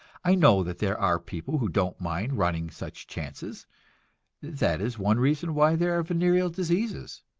i know that there are people who don't mind running such chances that is one reason why there are venereal diseases.